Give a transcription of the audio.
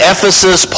Ephesus